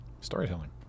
Storytelling